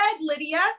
Lydia